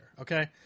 Okay